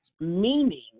meaning